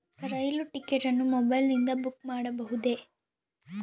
ರೈಲು ticket ಅನ್ನು ಮೊಬೈಲಿಂದ book ಮಾಡಬಹುದೆ?